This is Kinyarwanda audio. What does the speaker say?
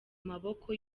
maboko